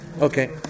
Okay